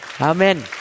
Amen